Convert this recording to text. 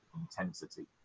intensity